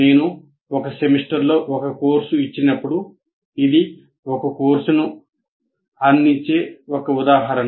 నేను 1 సెమిస్టర్లో ఒక కోర్సు ఇచ్చినప్పుడు ఇది ఒక కోర్సును అందించే ఒక ఉదాహరణ